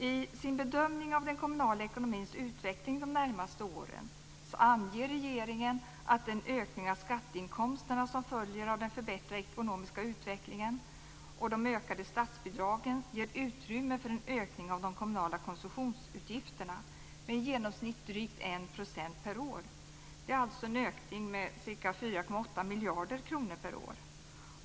I sin bedömning av den kommunala ekonomins utveckling de närmaste åren anger regeringen att ökningen av skatteinkomsterna som följer av den förbättrade ekonomiska utvecklingen samt de ökade statsbidragen ger utrymme för en ökning av de kommunala konsumtionsutgifterna med i genomsnitt drygt 1 % per år. Det är alltså en ökning med ca 4,8 miljarder kronor per år.